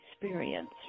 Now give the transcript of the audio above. experience